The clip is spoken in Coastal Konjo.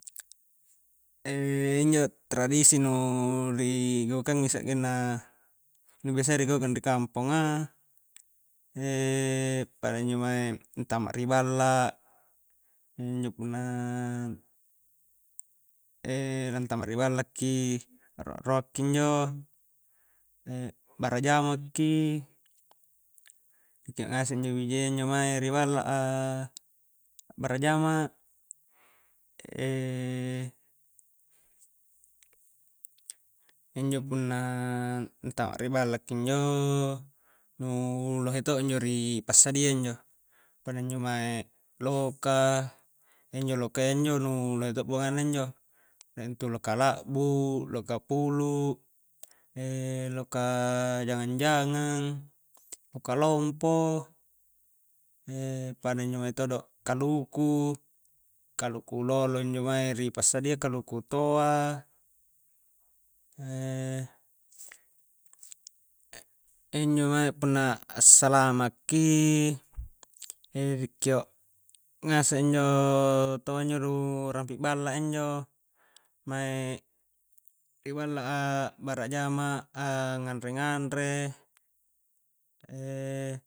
injo tradisi nu ri gaukangi sa'genna, nu biasayya ri gaukang ri kamponga pada injo mae antama ri balla, njo punna lantama ri balla ki a'roa-roa ki injo bara jamakki dikeo ngase injo mae bijayya riballa a a'bere jama', injo punna antama riballa ki injo nu lohe to' injo ri passadia injo, pada injo mae loka, injo lokayya injo nu lohe to buangang na injo rie intu loka la'bu, loka pulu' loka jangang-jangang, loka lompo, pada injo mae todo' kaluku, kaluku lolo injo mae ri passadia kaluku toa injo mae punna assalamaki ri keo' ngase injo taua injo nu rampi balla a injo mae riballa a a'bere jama', a nganre-nganre,